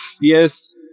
yes